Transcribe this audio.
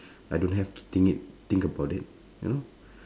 I don't have think it think about it you know